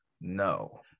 No